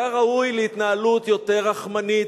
היה ראוי להתנהלות יותר רחמנית,